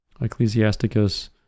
Ecclesiasticus